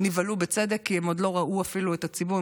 ונבהלו בצדק, כי הם עוד לא ראו אפילו את הציבור.